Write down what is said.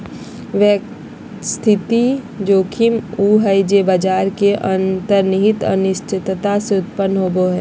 व्यवस्थित जोखिम उ हइ जे बाजार के अंतर्निहित अनिश्चितता से उत्पन्न होवो हइ